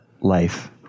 life